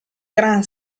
gran